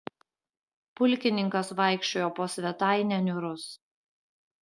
pulkininkas vaikščiojo po svetainę niūrus